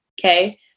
okay